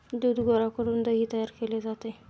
दूध गोळा करून दही तयार केले जाते